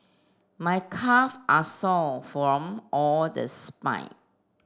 my calve are sore from all the